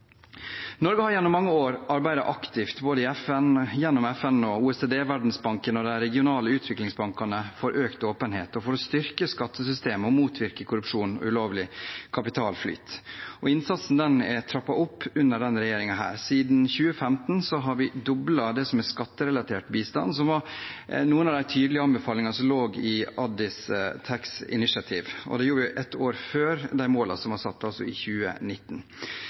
Norge har gjennom mange år arbeidet aktivt – gjennom både FN, OECD, Verdensbanken og de regionale utviklingsbankene – for økt åpenhet og for å styrke skattesystem og motvirke korrupsjon og ulovlig kapitalflyt, og innsatsen er trappet opp under denne regjeringen. Siden 2015 har vi doblet det som er skatterelatert bistand, som var noen av de tydelige anbefalingene som lå i Addis Tax Initiative, og det gjorde vi ett år før de målene som var satt, altså i 2019.